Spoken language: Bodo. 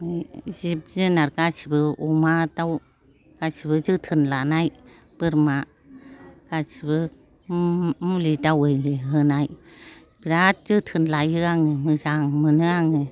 जिब जुनार गासैबो अमा दाउ गासैबो जोथोन लानाय बोरमा गासैबो मुलि दावालि होनाय बिराद जोथोन लायो आं मोजां मोनो आङो